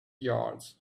yards